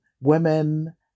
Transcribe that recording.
women